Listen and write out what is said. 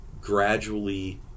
gradually